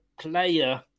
player